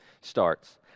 starts